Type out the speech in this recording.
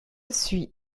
suis